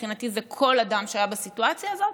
מבחינתי זה כל אדם שהיה בסיטואציה הזאת,